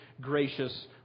gracious